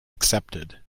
accepted